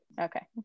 Okay